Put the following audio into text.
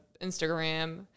instagram